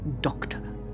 doctor